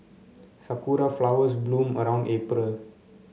sakura flowers bloom around April